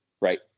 right